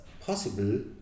possible